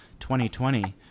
2020